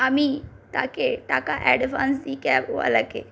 আমি তাকে টাকা অ্যাডভান্স দিই ক্যাবওয়ালাকে